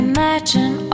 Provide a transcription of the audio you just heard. Imagine